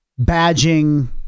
badging